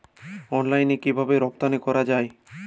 অনলাইনে কিভাবে রপ্তানি করা যায়?